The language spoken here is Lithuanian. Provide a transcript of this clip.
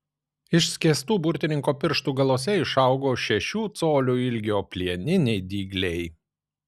išskėstų burtininko pirštų galuose išaugo šešių colių ilgio plieniniai dygliai